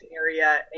area